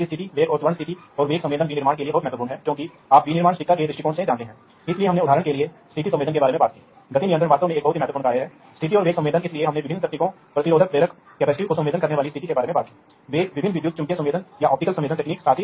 तो इस अर्थ में कि वे सक्षम नहीं थे वे बुद्धिमान नहीं थे इसलिए वे मुख्य रूप से उपकरण थे इसलिए वे उपकरण जो शक्ति को संभालेंगे और वास्तव में भौतिक प्रभाव पैदा करेंगे प्रवाह के संदर्भ में उदाहरण के लिए एक वाल्व शायद एक वाल्व पोजिशनर वास्तव में वाल्व शाफ्ट को चलाएगा या यह एक हीटर हो सकता है सही